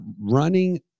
running